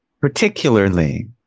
Particularly